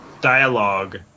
dialogue